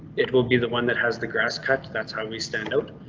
it will be the one that has the grass cut. that's how we stand out.